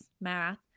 math